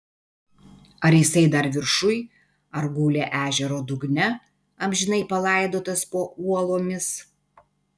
ar jisai dar viršuj ar guli ežero dugne amžinai palaidotas po uolomis